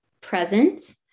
present